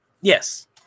Yes